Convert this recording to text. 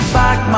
back